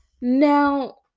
Now